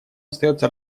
остается